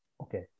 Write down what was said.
Okay